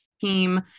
team